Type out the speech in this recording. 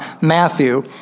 Matthew